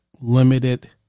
limited